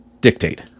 dictate